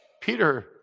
Peter